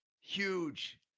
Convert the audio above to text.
huge